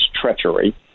treachery